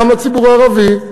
גם לציבור הערבי,